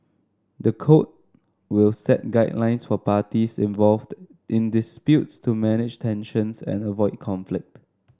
the code will set guidelines for parties involved in disputes to manage tensions and avoid conflict